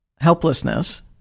helplessness